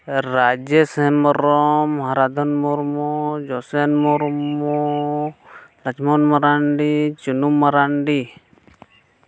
Rajesh Hembram Haradhan Murmu Josen Murmu Lachhman Marandi Chunu Marandi